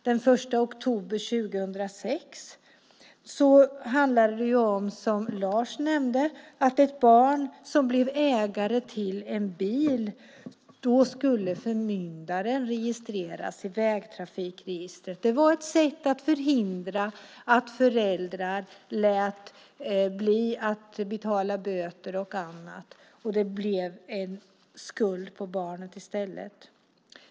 Den 1 oktober 2006 handlade det, som Lars nämnde, om att när ett barn blev ägare till en bil skulle förmyndaren registreras i Vägtrafikregistret. Det var ett sätt att förhindra att föräldrar lät bli att betala böter och annat så att det blev en skuld på barnet.